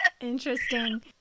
Interesting